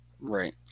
Right